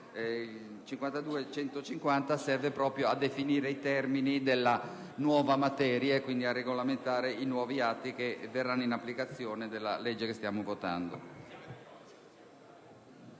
52.150 serve proprio a definire i termini della nuova materia e quindi a regolamentare i nuovi atti che verranno in applicazione della legge che stiamo votando.